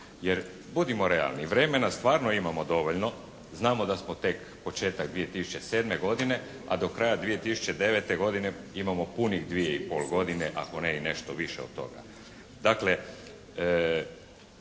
Jer budimo realni, vremena stvarno imamo dovoljno, znamo da smo tek početak 2007. godine, a do kraja 2009. godine imamo punih dvije i pol godine, a ona je nešto više od toga.